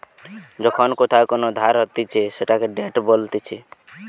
যখন কোথাও কোন ধার হতিছে সেটাকে ডেট বলতিছে